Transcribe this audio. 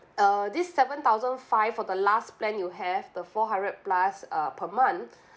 uh this seven thousand five for the last plan you have the four hundred plus uh per month